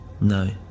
no